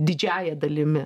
didžiąja dalimi